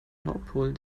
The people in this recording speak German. nordpol